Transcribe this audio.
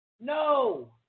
No